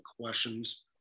questions